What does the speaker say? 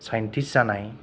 साइनतिस्त जानाय